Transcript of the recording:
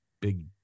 big